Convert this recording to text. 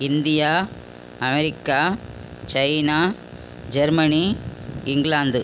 India America China Germany England